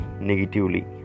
negatively